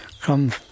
come